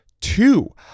two